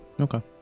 Okay